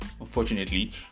unfortunately